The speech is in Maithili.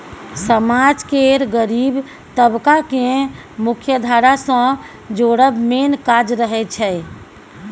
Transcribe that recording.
समाज केर गरीब तबका केँ मुख्यधारा सँ जोड़ब मेन काज रहय छै